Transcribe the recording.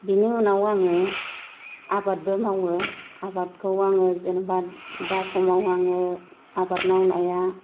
बिनि उनाव आङो आबादबो मावो आबादखौ जेन'बा आङो दा समाव आङो आबाद मावनाया